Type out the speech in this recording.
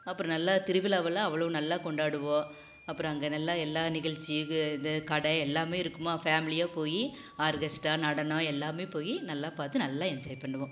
அப்புறம் நல்லா திருவிழாவெல்லாம் அவ்வளோ நல்லா கொண்டாடுவோம் அப்புறம் அங்கே நல்லா எல்லா நிகழ்ச்சியும் இது கடை எல்லாமே இருக்குமா ஃபேமிலியாக போய் ஆர்க்கஸ்ட்ரா நடனம் எல்லாமே போய் நல்லா பார்த்து நல்லா என்ஜாய் பண்ணுவோம்